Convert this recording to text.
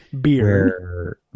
beer